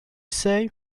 say